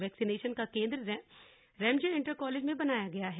vaccination का केंद्र Ramsay inter college में बनाया गया है